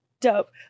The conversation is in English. dope